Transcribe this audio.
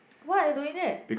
what are you doing there